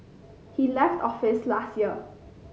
he left office last year